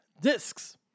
Discs